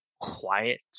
quiet